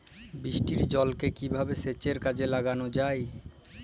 বৃষ্টির জলকে কিভাবে সেচের কাজে লাগানো য়ায়?